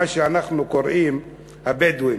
מה שאנחנו קוראים הבדואים,